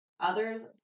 Others